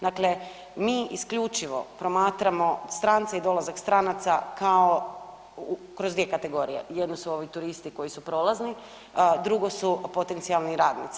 Dakle, mi isključivo promatramo strance i dolazak stranaca kao, kroz dvije kategorije, jedno su ovi turisti koji su prolazni, drugo su potencijalni radnici.